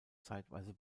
zeitweise